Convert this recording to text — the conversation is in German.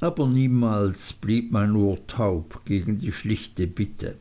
aber niemals blieb mein ohr taub gegen die schlichte bitte